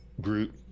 Groot